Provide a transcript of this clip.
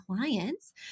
clients